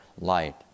light